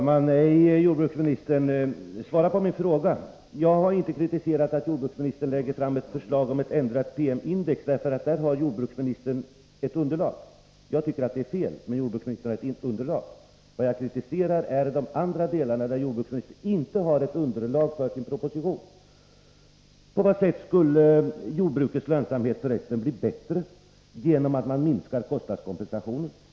Herr talman! Svara på min fråga, herr jordbruksminister! Jag har inte kritiserat att jordbruksministern lägger fram ett förslag om ett ändrat PM-index. Där har jordbruksministern ett underlag. Jag tycker att det är fel, men jordbruksministern har dock ett underlag. Vad jag kritiserar är de andra delarna, där jordbruksministern inte har något underlag för sin proposition. På vad sätt skulle för resten jordbrukets lönsamhet bli bättre genom att man minskar kostnadskompensationen?